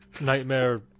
nightmare